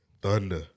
Thunder